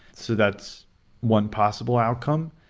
so that's one possible outcome.